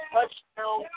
Touchdown